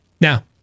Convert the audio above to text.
Now